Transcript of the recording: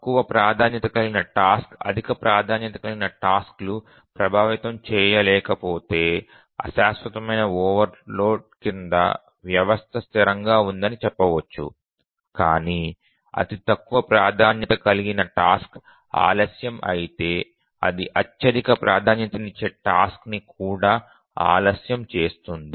తక్కువ ప్రాధాన్యత కలిగిన టాస్క్ అధిక ప్రాధాన్యత కలిగిన టాస్క్ లను ప్రభావితం చేయలేకపోతే అశాశ్వతమైన ఓవర్లోడ్ కింద వ్యవస్థ స్థిరంగా ఉందని చెప్పవచ్చు కాని అతి తక్కువ ప్రాధాన్యత కలిగిన టాస్క్ ఆలస్యం అయితే అది అత్యధిక ప్రాధాన్యతనిచ్చే టాస్క్ ని కూడా ఆలస్యం చేస్తుంది